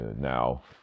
now